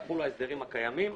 אלא יחולו ההסדרים הקיימים.